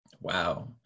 Wow